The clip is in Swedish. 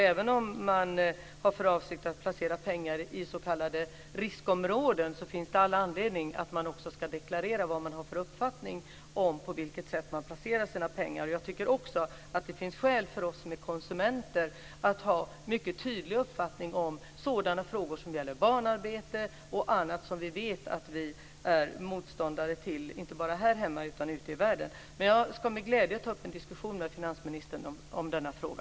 Även om man har för avsikt att placera pengar i så kallade riskområden finns det all anledning att också deklarera vad man har för uppfattning om hur man placerar sina pengar. Jag tycker också att det finns skäl för oss konsumenter att ha en mycket tydlig uppfattning om frågor som barnarbete och annat som man är motståndare till inte bara här i Sverige utan också ute i världen. Jag ska med glädje ta upp en diskussion med finansministern om denna fråga.